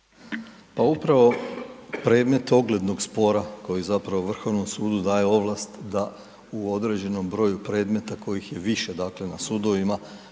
Upravo predmet oglednog spora, koji zapravo Vrhovnom sudu daje ovlast da u određenom broju predmeta, kojih je više na sudovima,